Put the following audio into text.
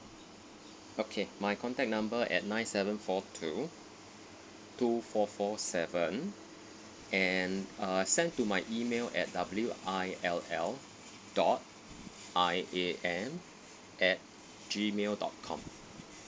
okay my contact number at nine seven four two two four four seven and uh sent to my email at W I L L dot I A M at gmail dot com